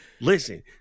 listen